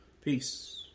Peace